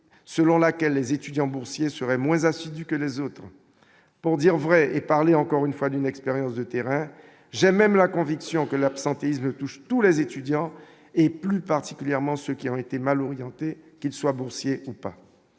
selon laquelle les étudiants boursiers seraient moins assidues que les autres pour dire vrai, et parler encore une fois d'une expérience de terrain, j'ai même la conviction que l'absentéisme touche tous les étudiants, et plus particulièrement ceux qui ont été mal orientées, qu'ils soient boursiers ou pas,